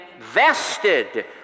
vested